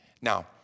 Now